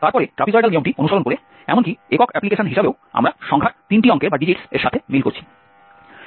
তারপরে ট্র্যাপিজয়েডাল নিয়মটি অনুসরণ করে এমনকি একক অ্যাপ্লিকেশন হিসাবেও আমরা সংখ্যার তিনটি অঙ্কের সাথে মিল করছি